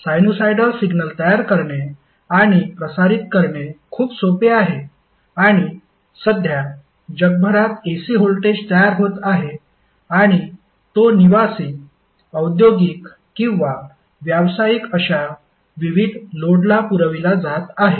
sinusoidal signal तयार करणे आणि प्रसारित करणे खूप सोपे आहे आणि सध्या जगभरात AC व्होल्टेज तयार होत आहे आणि तो निवासी औद्योगिक किंवा व्यावसायिक अशा विविध लोडला पुरविला जात आहे